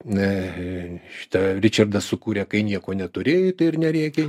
ne šitą ričardas sukūrė kai nieko neturi tai ir nereikia